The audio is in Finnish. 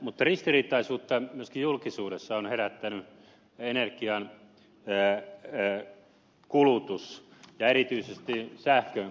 mutta ristiriitaisuutta myöskin julkisuudessa ovat herättäneet energiankulutus ja erityisesti sähkönkulutusarviot